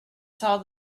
saw